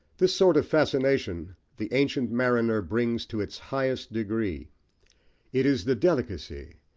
this sort of fascination the ancient mariner brings to its highest degree it is the delicacy,